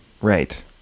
Right